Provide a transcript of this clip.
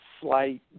slight